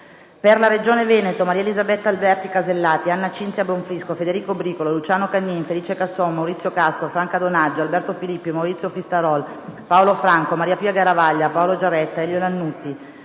per la Regione Veneto: Maria Elisabetta Alberti Casellati, Anna Cinzia Bonfrisco, Federico Bricolo, Luciano Cagnin, Felice Casson, Maurizio Castro, Franca Donaggio, Alberto Filippi, Maurizio Fistarol, Paolo Franco, Mariapia Garavaglia, Paolo Giaretta, Elio Lannutti,